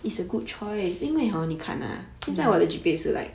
mm